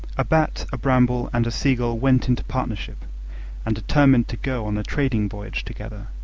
a bat, a bramble, and a seagull went into partnership and determined to go on a trading voyage together.